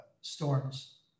storms